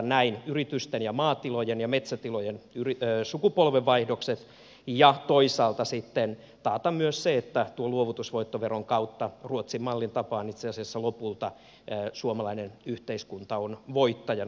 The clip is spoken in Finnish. näin turvataan yritysten maatilojen ja metsätilojen sukupolvenvaihdokset ja toisaalta sitten taataan myös se että tuon luovutusvoittoveron kautta ruotsin mallin tapaan itse asiassa lopulta suomalainen yhteiskunta on voittajana